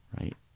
right